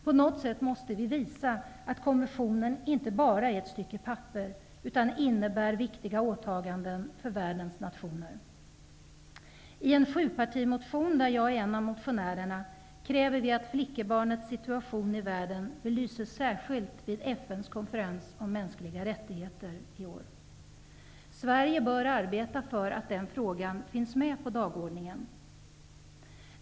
På något sätt måste vi visa att konventionen inte bara är ett stycke papper, utan att den innebär viktiga åtaganden för världens nationer. I en sjupartimotion, där jag är en av motionärerna, kräver vi att flickebarnets situation i världen belyses särskilt vid FN:s konferens om mänskliga rättigheter i år. Sverige bör arbeta för att den frågan finns med på dagordningen.